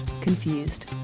Confused